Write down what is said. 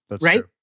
Right